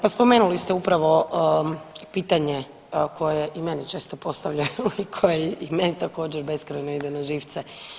Pa spomenuli ste upravo pitanje koje i meni često postavljaju, koje i meni također beskrajno ide na živce.